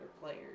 players